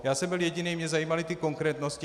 Já jsem byl jediný, mne zajímaly konkrétnosti.